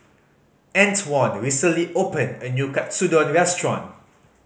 Antwon recently opened a new Katsudon Restaurant